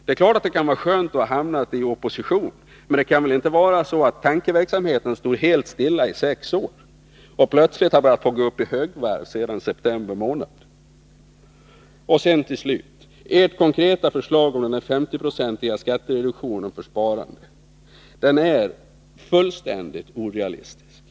Det är klart att det kan vara skönt att ha hamnat i opposition, men tankeverksamheten kan väl inte ha stått helt stilla i sex år och plötsligt ha börjat gå upp i högvarv efter september månad? Till slut. Ert konkreta förslag om en 50-procentig skattereduktion för sparande är fullständigt orealistiskt.